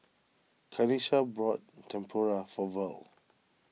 Kanesha bought Tempura for Verle